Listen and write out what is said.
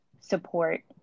support